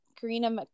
Karina